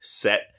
set